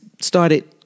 started